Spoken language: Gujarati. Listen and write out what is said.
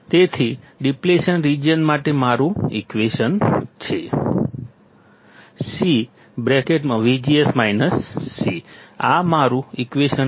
તેથી ડીપ્લેશન રિજિયન માટે મારું ઈક્વેશન છે CVGS - C આ મારું ઈક્વેશન છે